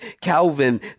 Calvin